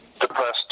depressed